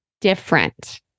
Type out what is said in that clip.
different